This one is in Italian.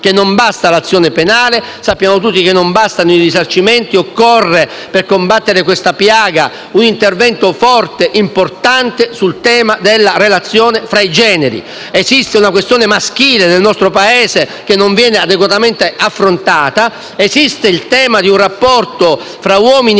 che non bastano l'azione penale e i risarcimenti. Occorre, per combattere questa piaga, un intervento forte e importante sul tema della relazione tra i generi. Esiste una questione maschile nel nostro Paese che non viene adeguatamente affrontata; esiste il tema di un rapporto tra uomini